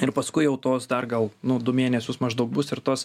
ir paskui jau tos dar gal nu du mėnesius maždaug bus ir tos